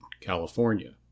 California